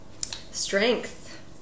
Strength